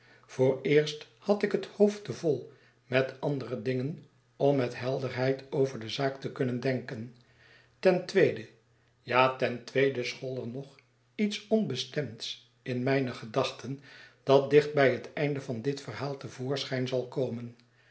vooreerst had ik het hoofd te vol met andere dingen om met helderheid over de zaak te kunnen denken ten tweede ja ten tweede school er nog iets onbestemds in mijne gedachten dat dicht bij het einde van dit verhaalte voorschijn zal komen